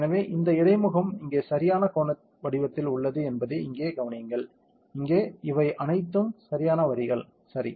எனவே இந்த இடைமுகம் இங்கே சரியான கோண வடிவத்தில் உள்ளது என்பதை இங்கே கவனியுங்கள் இங்கே இவை அனைத்தும் சரியான வரிகள் சரி